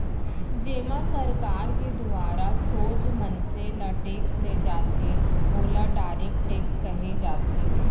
जेमा सरकार के दुवारा सोझ मनसे ले टेक्स ले जाथे ओला डायरेक्ट टेक्स कहे जाथे